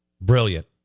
brilliant